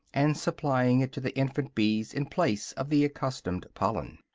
and supplying it to the infant-bees in place of the accustomed pollen.